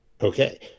Okay